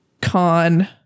con